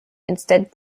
instead